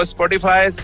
Spotify